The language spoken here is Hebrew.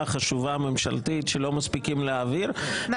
חשובה ממשלתית שלא מספיקים להעביר -- נכון.